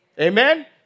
Amen